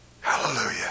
Hallelujah